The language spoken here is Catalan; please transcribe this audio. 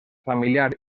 familiar